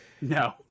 no